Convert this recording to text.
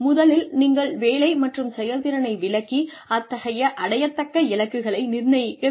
முதலில் நீங்கள் வேலை மற்றும் செயல்திறனை விளக்கி அத்தகைய அடையத்தக்க இலக்குகளை நிர்ணயிக்க வேண்டும்